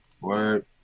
Word